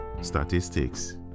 statistics